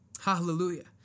Hallelujah